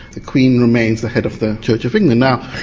the queen remains the head of the church of england. now,